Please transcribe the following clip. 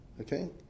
Okay